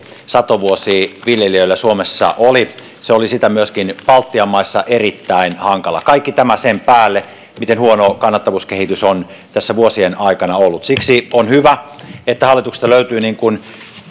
satovuosi viljelijöillä suomessa oli ja se oli sitä myöskin baltian maissa erittäin hankala kaikki tämä sen päälle miten huono kannattavuuskehitys on tässä vuosien aikana ollut siksi on hyvä että hallituksesta löytyi niin kuin